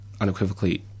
unequivocally